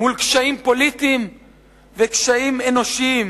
מול קשיים פוליטיים וקשיים אנושיים.